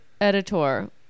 editor